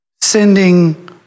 sending